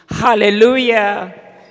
Hallelujah